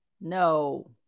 No